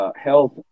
health